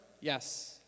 Yes